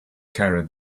carried